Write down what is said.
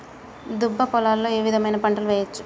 దుబ్బ పొలాల్లో ఏ విధమైన పంటలు వేయచ్చా?